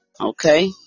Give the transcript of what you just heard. Okay